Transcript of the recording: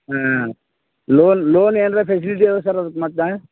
ಹಾಂ loan loan ಏನರ facility ಅದಾ ಸರ್ ಅದಕ್ಕೆ ಮತ್ತೆ